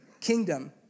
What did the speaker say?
kingdom